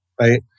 right